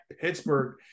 Pittsburgh